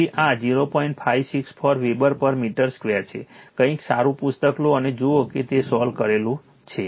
564 weber પર metre square છે કંઈક સારું પુસ્તક લો અને જુઓ કે તે સોલ્વ કરેલું છે